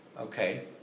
okay